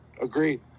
Agreed